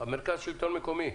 מרכז השלטון המקומי.